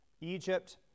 Egypt